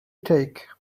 take